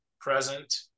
present